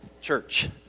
Church